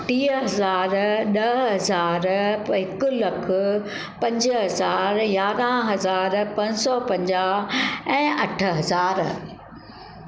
टीह हज़ार ॾह हज़ार पोि हिकु लखु पंज हज़ार यारहं हज़ार पंज सौ पंजाहु ऐं अठ हज़ार